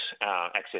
access